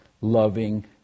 loving